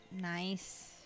nice